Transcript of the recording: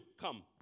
come